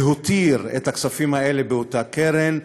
להותיר את הכספים האלה באותה קרן,